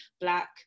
black